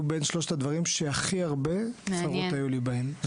בין שלושת הדברים שהכי הרבה צרות היו לי בהם,